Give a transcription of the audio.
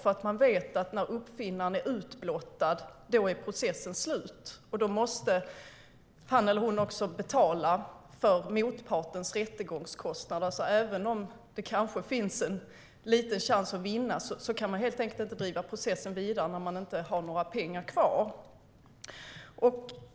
De vet att när uppfinnaren är utblottad är processen slut, och då måste uppfinnaren också betala för motpartens rättegångskostnader. Även om det kanske finns en liten chans att vinna kan man inte driva processen vidare när man inte har några pengar kvar.